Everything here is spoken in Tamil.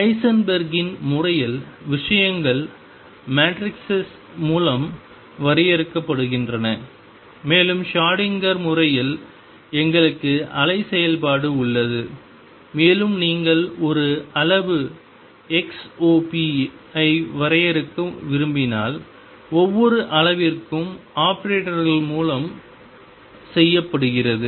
ஹைசன்பெர்க்கின் Heisenberg's முறையில் விஷயங்கள் மெட்ரிசெஇஸ் மூலம் வரையறுக்கப்படுகின்றன மேலும் ஷ்ரோடிங்கர் Schrödinger முறையில் எங்களுக்கு அலை செயல்பாடு உள்ளது மேலும் நீங்கள் ஒரு அளவு xop ஐ வரையறுக்க விரும்பினால் ஒவ்வொரு அளவிற்கும் ஆபரேட்டர்கள் மூலம் செய்யப்படுகிறது